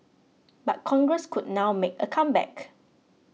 but Congress could now make a comeback